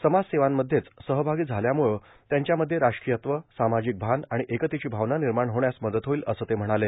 समाजसेवांमध्येच सहभागी झाल्यामुळे त्यांच्यामध्ये राष्ट्रीयत्व सामाजिक भान आर्गण एकतेची भावना निमाण होण्यास मदत होईल असं ते म्हणाले